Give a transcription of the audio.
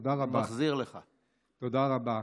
תודה רבה.